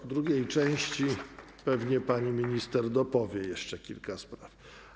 W drugiej części pewnie pani minister dopowie jeszcze kilka spraw.